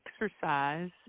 exercise